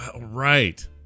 Right